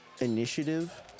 initiative